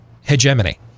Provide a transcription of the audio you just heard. hegemony